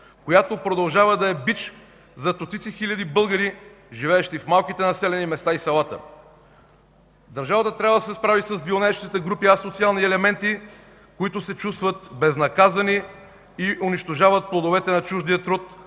която продължава да е бич за стотици хиляди българи, живеещи в малките населени места и селата. Държавата трябва да се справи с вилнеещите групи асоциални елементи, които се чувстват безнаказани и унищожават плодовете на чуждия труд,